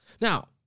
Now